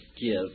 give